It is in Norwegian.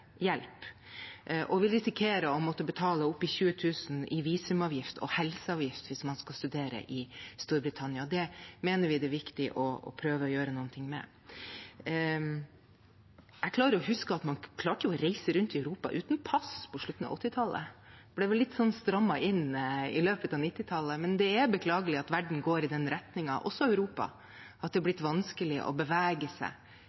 og vil risikere å måtte betale opptil 20 000 kr i visumavgift og helseavgift hvis man skal studere i Storbritannia, og det mener vi er viktig å prøve å gjøre noe med. Jeg husker at man klarte å reise rundt i Europa uten pass på slutten av 1980-tallet. Det ble vel strammet inn litt i løpet av 1990-tallet, men det er beklagelig at verden går i den retningen, også Europa, at det er blitt vanskeligere å bevege seg